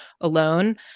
alone